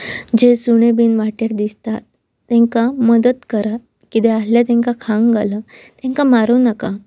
जे सुणें बीन वाटेर दिसतात तेंकां मदत करात कितें आसलें तांकां खावक घाल तांकां मारूं नाका